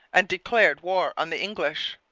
and declared war on the english.